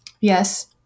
Yes